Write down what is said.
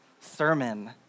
sermon